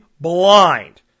blind